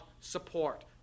support